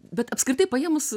bet apskritai paėmus